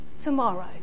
tomorrow